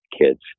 kids